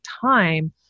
time